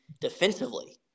defensively